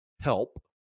help